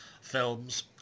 films